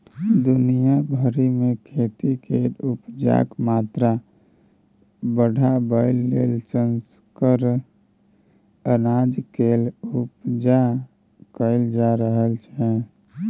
दुनिया भरि मे खेती केर उपजाक मात्रा बढ़ाबय लेल संकर अनाज केर उपजा कएल जा रहल छै